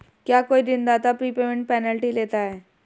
क्या कोई ऋणदाता प्रीपेमेंट पेनल्टी लेता है?